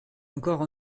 encore